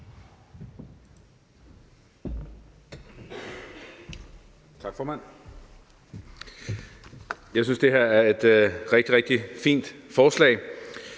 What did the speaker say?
Tak, formand. Jeg synes, det her er et rigtig, rigtig fint forslag.